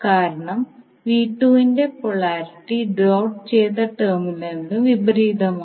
കാരണം ന്റെ polarity dot ചെയ്ത ടെർമിനലിന് വിപരീതമാണ്